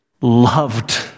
loved